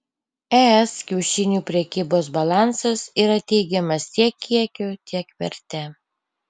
es kiaušinių prekybos balansas yra teigiamas tiek kiekiu tiek verte